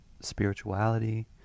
spirituality